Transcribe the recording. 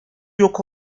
yok